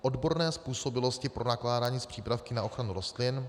odborné způsobilosti pro nakládání s přípravky na ochranu rostlin;